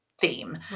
theme